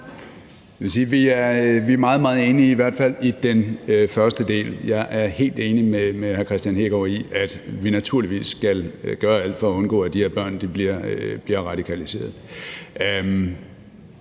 er meget, meget enige i den første del. Jeg er helt enig med hr. Kristian Hegaard i, at vi naturligvis skal gøre alt for at undgå, at de her børn bliver radikaliseret